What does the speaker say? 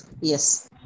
Yes